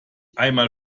einmal